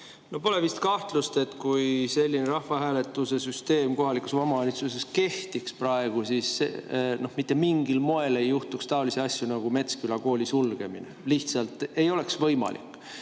Pole vist kahtlust, et kui selline rahvahääletuse süsteem kohalikus omavalitsuses praegu kehtiks, siis mitte mingil moel ei juhtuks taolisi asju nagu Metsküla kooli sulgemine, see lihtsalt ei oleks võimalik.